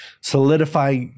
Solidify